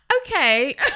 okay